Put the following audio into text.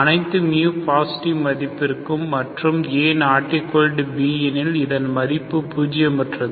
அனைத்து μ பாசிட்டிவ் மதிப்பிற்கும் மற்றும் a≠b எனில் இதன் மதிப்பு பூஜ்ய மற்றது